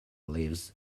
lives